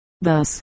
Thus